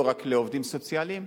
לא רק לעובדים סוציאליים.